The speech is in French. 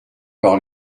par